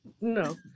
No